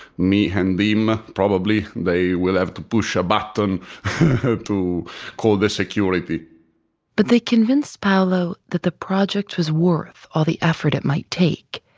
me and him, probably they will have to push a button to call the security but they convinced paolo that the project was worth all the effort it might take,